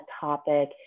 topic